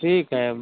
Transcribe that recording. ठीक है अब